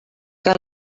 que